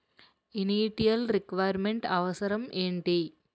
Initial requirement అవసరం ఎంటి?